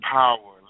power